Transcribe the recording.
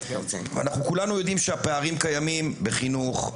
אנחנו כולנו יודעים שהפערים קיימים בחינוך,